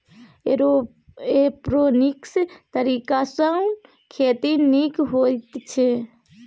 aeroponics तरीकासँ खेती नीक होइत छै